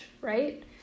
right